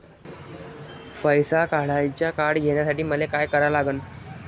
पैसा काढ्याचं कार्ड घेण्यासाठी मले काय करा लागन?